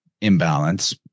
imbalance